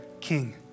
King